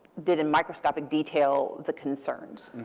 did in microscopic detail the concerns.